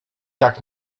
tak